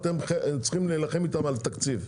אתם צריכים להילחם איתם על תקציב.